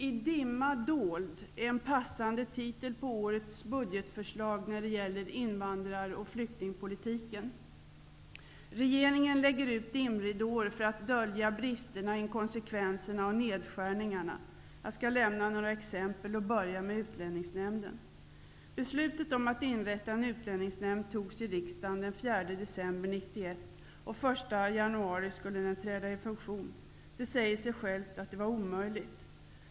I dimma dold är en passande titel på årets budgetförslag när det gäller invandraroch flyktingpolitiken. Regeringen lägger ut dim ridåer för att dölja bristerna, inkonsekvenserna och nedskärningarna. Jag skall lämna några ex empel och börjar med Utlänningsnämnden. Beslutet om att inrätta en utlänningsnämnd togs i riksdagen den 4 december 1991, och den 1 januari skulle den träda i funktion. Det säger sig självt att det var omöjligt.